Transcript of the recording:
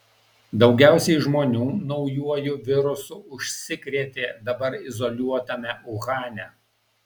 daugiausiai žmonių naujuoju virusu užsikrėtė dabar izoliuotame uhane